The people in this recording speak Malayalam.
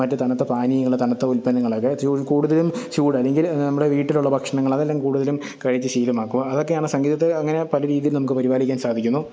മറ്റ് തണുത്ത പാനീയങ്ങൾ തണുത്ത ഉൽപ്പന്നങ്ങളൊക്കെ കൂടുതലും ചൂട് അല്ലെങ്കിൽ നമ്മളെ വീട്ടിലുള്ള ഭക്ഷണങ്ങൾ അതെല്ലാം കൂടുതലും കഴിച്ച് ശീലമാക്കുക അതൊക്കെയാണ് സംഗീതത്തെ അങ്ങനെ പല രീതിയിലും നമുക്ക് പരിപാലിക്കാൻ സാധിക്കുന്നു